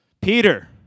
Peter